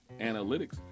analytics